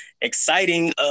exciting